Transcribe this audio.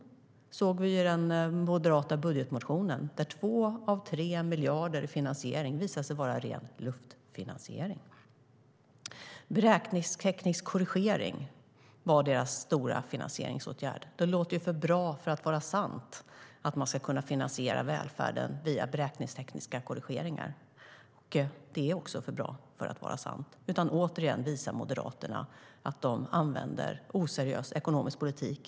Det såg vi i den moderata budgetmotionen, där 2 av 3 miljarder i finansieringen visade sig vara en ren luftfinansiering. En beräkningsteknisk korrigering var deras stora finansieringsåtgärd. Det låter ju för bra för att vara sant att man skulle kunna finansiera välfärden via beräkningstekniska korrigeringar, och det är för bra för att vara sant. Återigen visar Moderaterna att de använder oseriös ekonomisk politik.